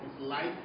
life